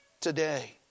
today